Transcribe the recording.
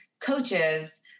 coaches